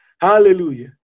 hallelujah